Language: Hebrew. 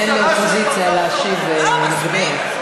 מספיק עם השקרים שלך.